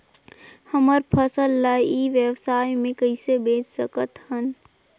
हमर फसल ल ई व्यवसाय मे कइसे बेच सकत हन?